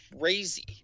crazy